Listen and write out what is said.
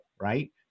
right